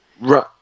Right